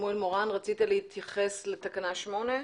שמואל מורן, רצית להתייחס לתקנה 8?